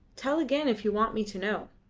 tell again if you want me to know.